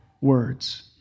words